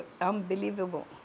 unbelievable